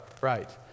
right